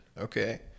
okay